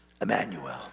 Emmanuel